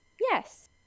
yes